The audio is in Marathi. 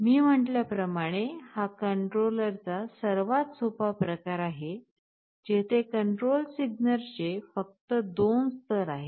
मी म्हटल्या प्रमाणे हा कंट्रोलरचा सर्वात सोपा प्रकार आहे जेथे कंट्रोल सिग्नलचे फक्त 2 स्तर आहेत